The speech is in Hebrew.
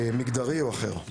מגדרי או אחר.